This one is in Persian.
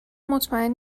مطمئن